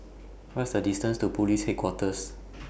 What IS The distance to Police Headquarters